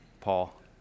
Paul